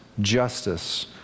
justice